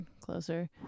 closer